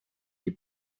die